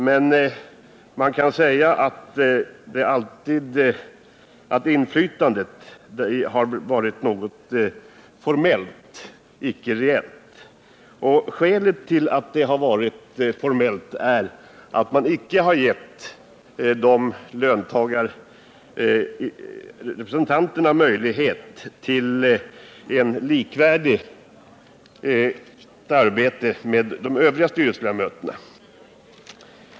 Men det inflytandet har varit något formellt — inte reellt. Skälet till att det har varit formellt är att man inte har gett löntagarrepresentanterna likvärdiga arbetsmöjligheter med övriga styrelseledamöter.